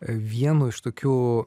vienu iš tokių